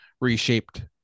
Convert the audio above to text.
reshaped